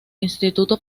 instituto